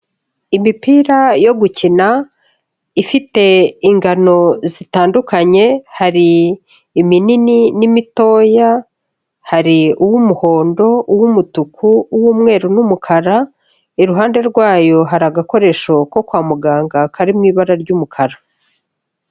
Imipira yo gukina, ifite ingano zitandukanye, hari iminini n'imitoya, hari uw'umuhondo, uw'umutuku, uw'umweru n'umukara, iruhande rwayo hari agakoresho ko kwa muganga kari mu ibara ry'umukara.